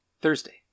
Thursday